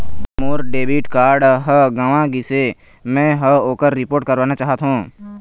मोर debit card ह गंवा गिसे, मै ह ओकर रिपोर्ट करवाना चाहथों